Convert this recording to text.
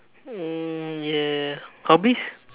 hmm ya hobbies